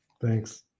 Thanks